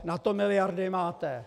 Na to miliardy máte.